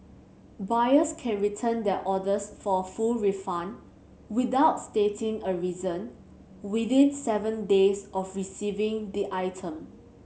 buyers can return their orders for full refund without stating a reason within seven days of receiving the item